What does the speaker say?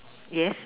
yes